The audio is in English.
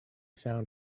found